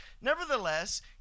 nevertheless